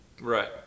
Right